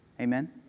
Amen